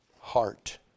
heart